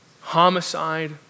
homicide